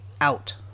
out